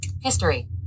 History